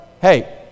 Hey